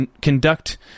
conduct